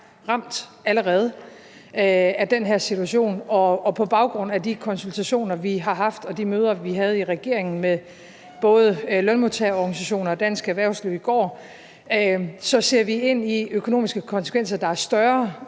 er allerede ramt af den her situation. Og på baggrund af de konsultationer, vi har haft, og de møder, vi havde i regeringen med både lønmodtagerorganisationer og Dansk Erhvervsliv i går, ser vi ind i økonomiske konsekvenser, der er større,